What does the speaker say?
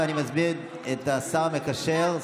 אני מזמין את השר המקשר,